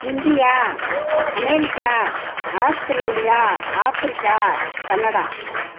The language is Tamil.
India America Australia Africa Canada